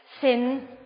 sin